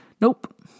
Nope